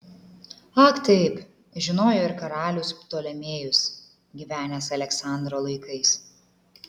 ak taip žinojo ir karalius ptolemėjus gyvenęs aleksandro laikais